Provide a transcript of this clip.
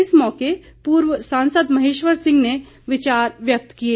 इस मौके पूर्व सांसद महेश्वर सिंह ने विचार व्यक्त किए